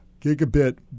gigabit